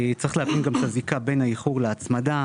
צריך להבין גם את הזיקה בין האיחור להצמדה.